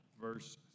verse